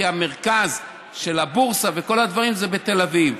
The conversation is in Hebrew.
כי המרכז של הבורסה וכל הדברים זה בתל אביב.